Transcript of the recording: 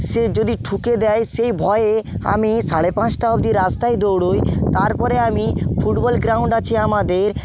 সে যদি ঠুকে দেয় সেই ভয়ে আমি সাড়ে পাঁচটা অবধি রাস্তায় দৌড়ই তারপরে আমি ফুটবল গ্রাউণ্ড আছে আমাদের